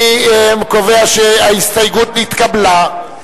אני קובע שההסתייגות נתקבלה.